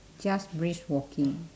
just brisk walking